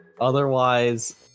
Otherwise